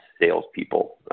salespeople